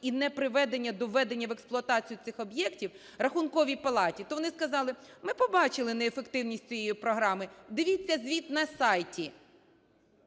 і неприведення до введення в експлуатацію цих об'єктів, Рахунковій палаті, то вони сказали: "Ми побачили неефективність цієї програми, дивіться звіт на сайті".